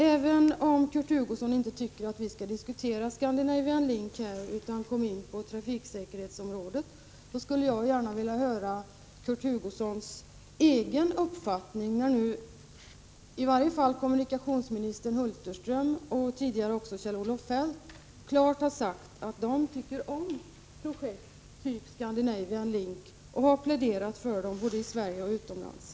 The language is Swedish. Även om Kurt Hugosson inte tycker att vi skall diskutera Scandinavian Link här utan kom in på trafiksäkerhetsområdet, skulle jag gärna vilja höra Kurt Hugossons egen uppfattning, när nu i varje fall kommunikationsminister Hulterström och tidigare också Kjell-Olof Feldt klart har sagt att de tycker om projekt av typen Scandinavian Link och har pläderat för dem både i Sverige och utomlands.